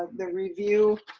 the review,